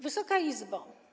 Wysoka Izbo!